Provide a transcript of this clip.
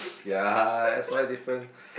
ya that's why different